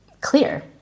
clear